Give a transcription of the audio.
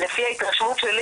ואין להם מאיפה לדעת.